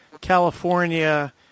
California